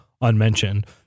unmentioned